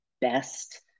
best